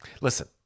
listen